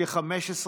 כ-15 שנים,